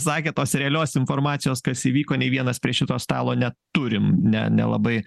sakė tos realios informacijos kas įvyko nei vienas prie šito stalo neturim ne nelabai